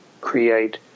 create